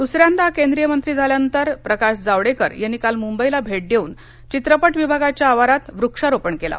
दुसऱ्यांदा केंद्रीय मंत्री झाल्यानंतर प्रकाश जावडेकर यांनी काल मुंबईला भेट देऊन चित्रपट विभागाच्या आवारात वृक्षारोपण केलं